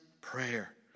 prayer